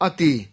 Ati